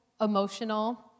emotional